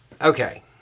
Okay